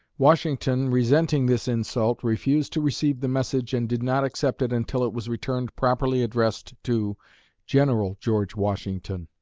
washington, resenting this insult, refused to receive the message and did not accept it until it was returned properly addressed to general george washington.